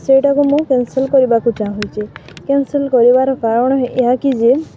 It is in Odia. ସେଇଟାକୁ ମୁଁ କ୍ୟାନ୍ସଲ୍ କରିବାକୁ ଚାହୁଁଛି କ୍ୟାନ୍ସଲ୍ କରିବାର କାରଣ ଏହାକି ଯେ